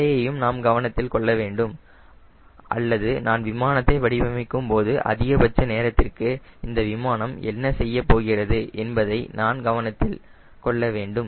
எடையையும் நாம் கவனத்தில் கொள்ள வேண்டும் அல்லது நான் விமானத்தை வடிவமைக்கும்போது அதிகபட்ச நேரத்திற்கு இந்த விமானம் என்ன செய்யப்போகிறது என்பதையும் நாம் கவனத்தில் கொள்ள வேண்டும்